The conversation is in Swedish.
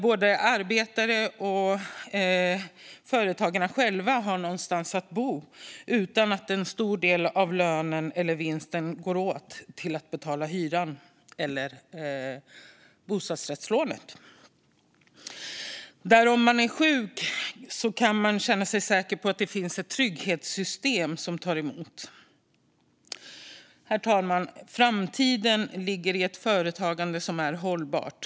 Både arbetare och företagarna själva behöver ha någonstans att bo utan att en stor del av lönen eller vinsten går åt till att betala hyran eller bostadsrättslånet. Om man är sjuk ska man känna sig säker på att det finns ett trygghetssystem som tar emot. Herr talman! Framtiden ligger i ett företagande som är hållbart.